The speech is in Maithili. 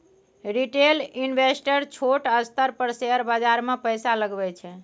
रिटेल इंवेस्टर छोट स्तर पर शेयर बाजार मे पैसा लगबै छै